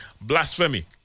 Blasphemy